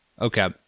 Okay